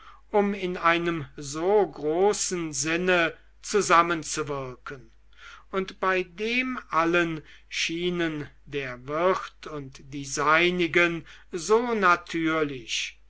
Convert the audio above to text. um in einem so großen sinne zusammenzuwirken und bei dem allen schienen der wirt und die seinigen so natürlich